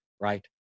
right